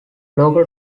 local